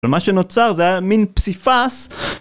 ומה שנוצר זה היה מין פסיפס